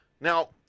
Now